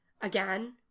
again